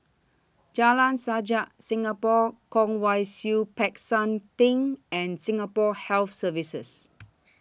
Jalan Sajak Singapore Kwong Wai Siew Peck San Theng and Singapore Health Services